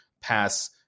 pass